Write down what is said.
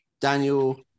Daniel